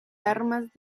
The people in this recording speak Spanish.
armas